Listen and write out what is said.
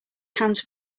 hands